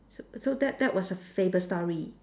so so that that was a favourite story